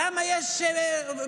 למה יש פוגרום,